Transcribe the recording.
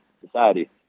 society